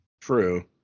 True